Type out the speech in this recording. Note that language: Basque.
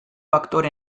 aktore